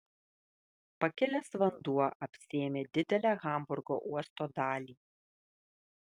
pakilęs vanduo apsėmė didelę hamburgo uosto dalį